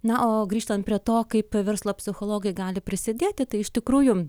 na o grįžtant prie to kaip verslo psichologai gali prisidėti tai iš tikrųjų